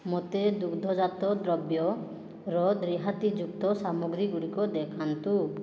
ମୋତେ ଦୁଗ୍ଧଜାତ ଦ୍ରବ୍ୟର ରିହାତିଜୁକ୍ତ ସାମଗ୍ରୀ ଗୁଡ଼ିକ ଦେଖାନ୍ତୁ